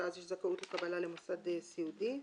ואז יש זכאות לקבלה למוסד סיעודי.